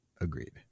Agreed